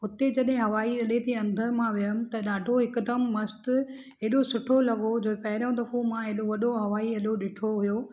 उते जॾहिं हवाई अॾे ते अंदर मां वियमि त ॾाढो हिकदमि मस्त एॾो सुठो लॻो जो पहिरियों दफ़ो मां हेॾो वॾो हवाई अॾो ॾिठो हुओ